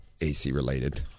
AC-related